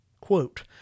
Quote